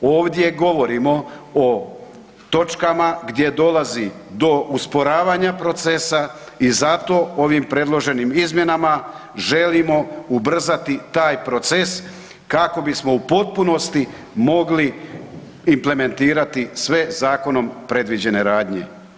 Ovdje govorimo o točkama gdje dolazi do usporavanja procesa i zato ovim predloženim izmjenama želimo ubrzati taj proces kako bismo u potpunosti mogli implementirati sve zakonom predviđene radnje.